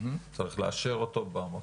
צריך לאשר אותו במועצה.